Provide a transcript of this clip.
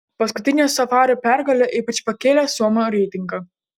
paskutinė safario pergalė ypač pakėlė suomio reitingą